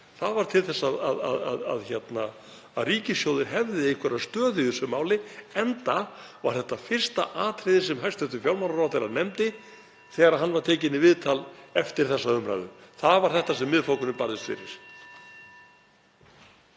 Það var til þess að ríkissjóður hefði einhverja stöðu í þessu máli, enda er þetta fyrsta atriðið sem hæstv. fjármálaráðherra nefndi þegar hann var tekinn í viðtal eftir þessa umræðu. Það var þetta sem Miðflokkurinn barðist fyrir.